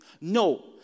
No